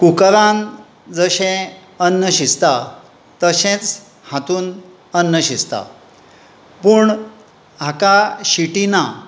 कुकरान जशें अन्न शिजता तशेंच हातून अन्न शिजता पूण हाका शिटी ना